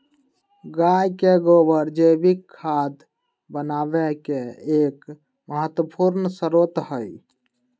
गाय के गोबर जैविक खाद बनावे के एक महत्वपूर्ण स्रोत हई